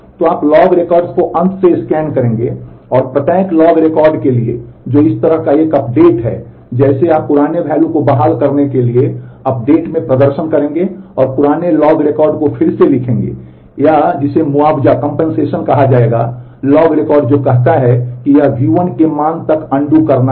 तो आप log records को अंत से स्कैन करेंगे और प्रत्येक लॉग रिकॉर्ड के लिए जो इस तरह का एक अपडेट है जैसे आप पुराने वैल्यू है